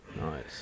nice